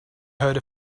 heard